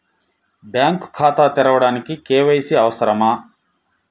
Bank ఖాతా తెరవడానికి KYC అవసరమా?